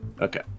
Okay